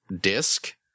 disc